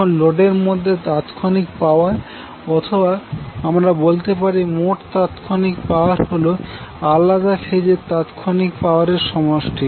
এখন লোডের মধ্যে মোট তাৎক্ষণিক পাওয়ার অথবা আমরা বলতে পারি মোট তাৎক্ষণিক পাওয়ার হল আলাদা ফেজ এর তাৎক্ষণিক পাওয়ার এর সমষ্টি